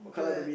bl~